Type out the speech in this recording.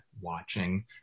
watching